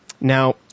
Now